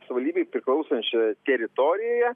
savivaldybei priklausančioje teritorijoje